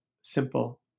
simple